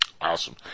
Awesome